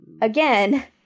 Again